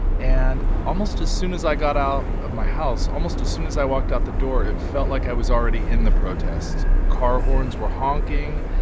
and almost as soon as i got out of my house, almost as soon as i walked out the door, it felt like i was already in the protest. car horns were honking.